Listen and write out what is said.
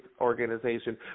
organization